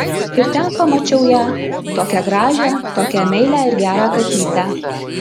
ir ten pamačiau ją tokią gražią tokią meilią ir gerą katytę